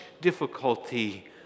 difficulty